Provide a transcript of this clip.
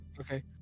okay